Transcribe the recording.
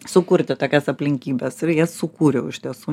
sukurti tokias aplinkybes ir jas sukūriau iš tiesų